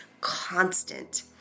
constant